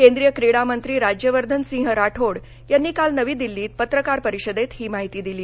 केंद्रीय क्रीडा मंत्री राज्यवर्धन सिंह राठोड यांनी काल नवी दिल्लीत पत्रकार परिषदेत ही माहिती दिली